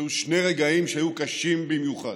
היו שני רגעים שהיו קשים במיוחד.